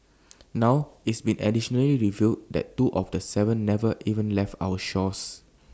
now it's been additionally revealed that two of the Seven never even left our shores